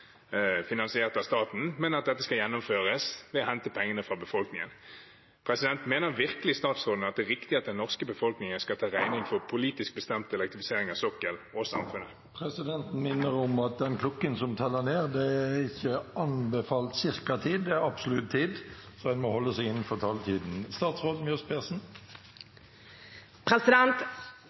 men at dette skal gjennomføres ved å hente pengene fra befolkningen. Mener virkelig statsråden det er riktig at den norske befolkningen skal tilrettelegge for politisk bestemt elektrifisering av sokkelen? Presidenten minner om klokken som teller ned. Det er ikke anbefalt tid – det er absolutt tid, så man må holde seg innenfor taletiden.